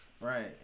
Right